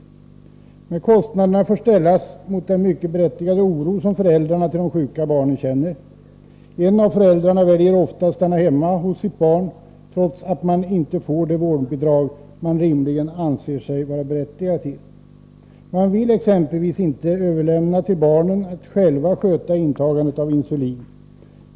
Dessa kostnader får ställas mot den mycket berättigade oro som föräldrarna till de sjuka barnen känner. En av föräldrarna väljer ofta att stanna hemma hos sitt barn, trots att man inte får det vårdbidrag man rimligen anser sig vara berättigad till. Man vill exempelvis inte överlämna till barnen att själva sköta intagandet av insulin.